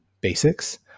basics